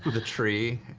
the tree.